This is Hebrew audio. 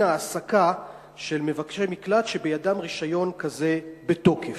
העסקה של מבקשי מקלט שבידם רשיון כזה בתוקף?